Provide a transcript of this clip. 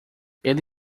ele